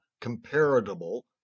comparable